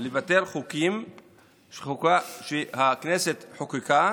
לבטל חוקים שהכנסת חוקקה